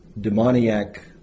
demoniac